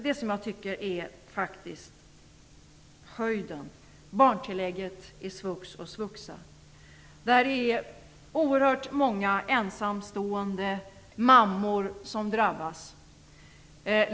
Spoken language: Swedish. Det som jag ändå tycker är höjden är det som nu sker med barntillägget i svux och svuxa. Det är oerhört många ensamstående mammor som drabbas.